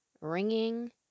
ringing